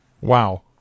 Wow